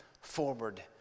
forward